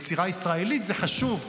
יצירה ישראלית זה חשוב,